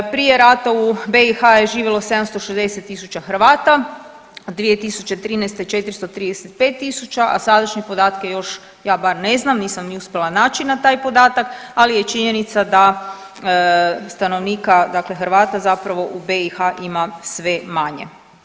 Prije rata u BiH je živjelo 760.000 Hrvata, 2013. 435.000, a sadašnje podatke još ja bar ne znam, nisam ni uspjela naći na taj podatak, ali je činjenica da stanovnika dakle Hrvata zapravo u BiH ima sve manje.